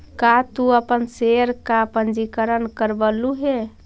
का तू अपन शेयर का पंजीकरण करवलु हे